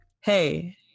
Hey